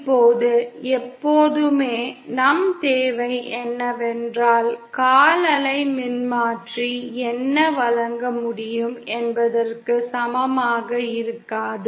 இப்போது எப்போதுமே நம் தேவை என்னவென்றால் கால் அலை மின்மாற்றி என்ன வழங்க முடியும் என்பதற்கு சமமாக இருக்காது